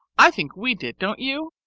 i think we did, don't you?